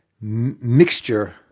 mixture